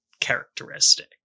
characteristic